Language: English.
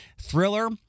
thriller